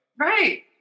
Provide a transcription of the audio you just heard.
Right